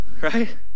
Right